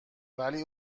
ولی